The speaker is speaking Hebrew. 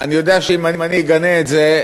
אני יודע שאם אני אגנה את זה,